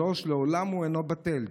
3. לעולם הוא אינו בטל,